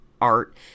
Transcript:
art